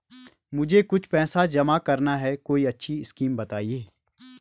मुझे कुछ पैसा जमा करना है कोई अच्छी स्कीम बताइये?